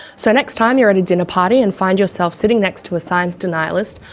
so, next time you're at a dinner party and find yourself sitting next to a science denialist,